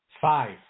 Five